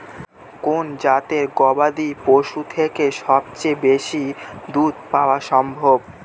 কোন জাতের গবাদী পশু থেকে সবচেয়ে বেশি দুধ পাওয়া সম্ভব?